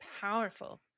powerful